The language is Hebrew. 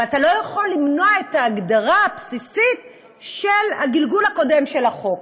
אבל אתה לא יכול למנוע את ההגדרה הבסיסית של הגלגול הקודם של החוק.